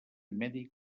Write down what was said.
mèdic